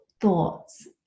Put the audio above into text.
thoughts